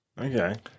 Okay